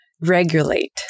regulate